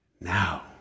Now